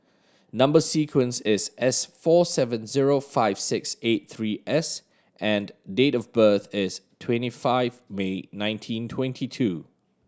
number sequence is S four seven zero five six eight three S and date of birth is twenty five May nineteen twenty two